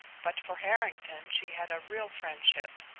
but for harrington she had a real friendship.